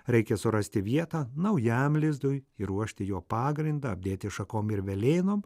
reikia surasti vietą naujam lizdui ir ruošti jo pagrindą apdėti šakom ir velėnom